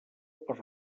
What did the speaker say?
per